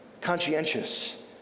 conscientious